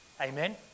Amen